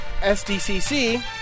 SDCC